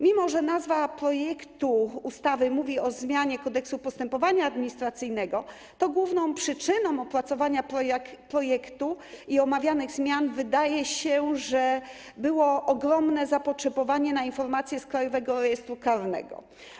Mimo że nazwa projektu ustawy mówi o zmianie Kodeksu postępowania administracyjnego, to główną przyczyną opracowania projektu i omawianych zmian było, wydaje się, ogromne zapotrzebowanie na informacje z Krajowego Rejestru Karnego.